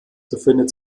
befindet